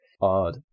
odd